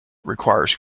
requires